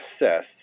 assess